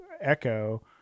Echo